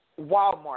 Walmart